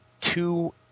two